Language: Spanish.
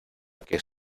que